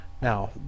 Now